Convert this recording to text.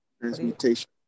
Transmutation